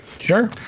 Sure